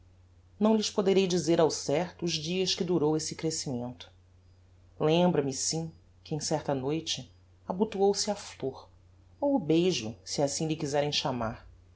não lhes poderei dizer ao certo os dias que durou esse crescimento lembra-me sim que em certa noite abotoou se a flor ou o beijo se assim lhe quizerem chamar